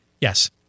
Yes